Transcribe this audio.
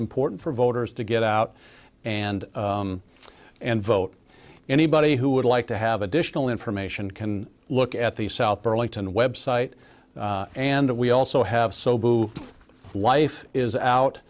important for voters to get out and and vote anybody who would like to have additional information can look at the south burlington web site and we also have so blue life is out